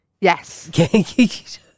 Yes